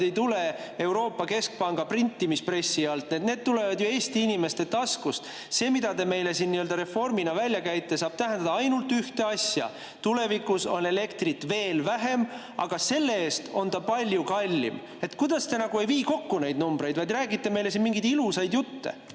need ei tule Euroopa Keskpanga printimispressi alt, need tulevad ju Eesti inimeste taskust. See, mida te meile siin reformina välja käite, saab tähendada ainult ühte asja: tulevikus on elektrit veel vähem, aga see-eest on ta palju kallim. Kuidas te ei vii kokku neid numbreid, vaid räägite meile siin mingeid ilusaid jutte?